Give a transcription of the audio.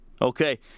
Okay